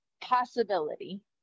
possibility